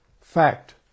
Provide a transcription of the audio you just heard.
Fact